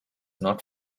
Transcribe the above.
not